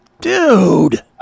Dude